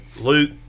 Luke